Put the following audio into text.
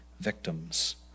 victims